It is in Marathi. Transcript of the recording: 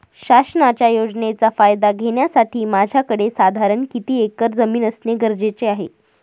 शासनाच्या योजनेचा फायदा घेण्यासाठी माझ्याकडे साधारण किती एकर जमीन असणे गरजेचे आहे?